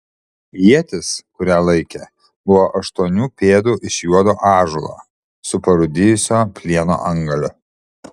ietis kurią laikė buvo aštuonių pėdų iš juodo ąžuolo su parūdijusio plieno antgaliu